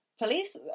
police